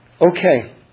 Okay